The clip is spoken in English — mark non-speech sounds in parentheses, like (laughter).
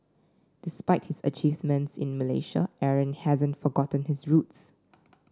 despite his achievements in Malaysia Aaron hasn't forgotten his roots (noise)